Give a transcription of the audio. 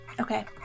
Okay